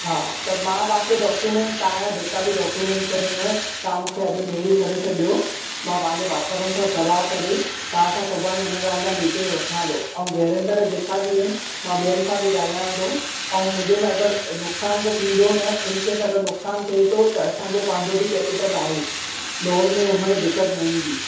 हा त मां तव्हांखे डॉक्यूमेंट तव्हां जा जेका बि डॉक्यूमेंटस आहिनि तव्हां मूंखे अॼु मेल करे छॾियो मां पंहिंजे पार्टनरनि सां सलाह करे तव्हां सां सुभाणे हिन ॻाल्हि लाइ मीटिंग रखां थो ऐं गैरेंटर जेका बि आहिनि मां ॿियनि सां बि ॻाल्हायां थो ऐं मुंहिंजे में अगरि नुक़सानु त थीन्दो न इन केस अगरि नुक़सानु थिए थो त असांजो पंहिंजो बि कैपिटल आहे लोन में हुनमें दिकत न ईंदी